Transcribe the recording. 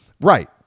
Right